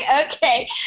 okay